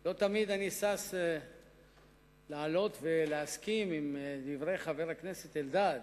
לא תמיד אני שש לעלות ולהסכים עם דברי חבר הכנסת אלדד,